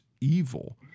evil